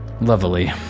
Lovely